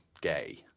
gay